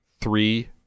three